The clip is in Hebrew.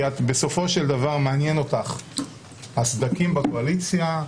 כי בסופו של דבר מעניינים אותך הסדקים בקואליציה,